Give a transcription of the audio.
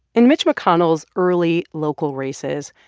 in mitch mcconnell's early local races,